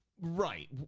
Right